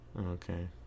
Okay